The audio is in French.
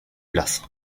place